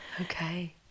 Okay